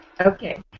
okay